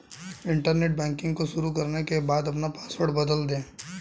internet banking को शुरू करने के बाद अपना पॉसवर्ड बदल दे